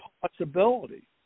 possibility